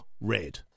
Red